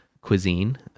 cuisine